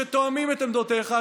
שתואמים את עמדותיך,